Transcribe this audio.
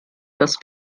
dass